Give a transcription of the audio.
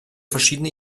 verschiedene